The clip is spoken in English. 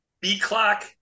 B-clock